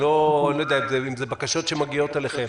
אני לא יודע אם זה בקשות שמגיעות אליכם.